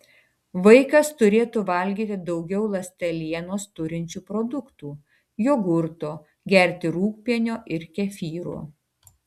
vaikas turėtų valgyti daugiau ląstelienos turinčių produktų jogurto gerti rūgpienio ir kefyro